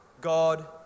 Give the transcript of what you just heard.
God